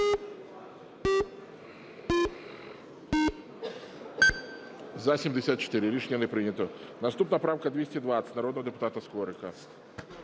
За-64 Рішення не прийнято. Наступна правка 298, народний депутат Скорик.